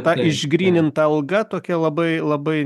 ta išgryninta alga tokia labai labai